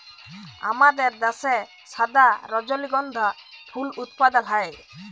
আমাদের দ্যাশে সাদা রজলিগন্ধা ফুল উৎপাদল হ্যয়